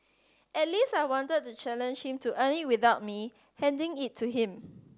at least I wanted to challenge him to earn it without me handing it to him